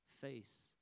face